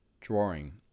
drawing